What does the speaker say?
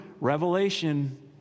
Revelation